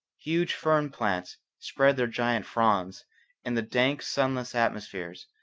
huge fern plants spread their giant fronds in the dank sunless atmospheres,